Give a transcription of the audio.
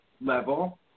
level